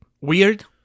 Weird